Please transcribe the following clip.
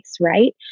Right